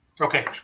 Okay